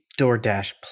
DoorDash+